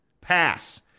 Pass